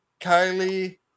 Kylie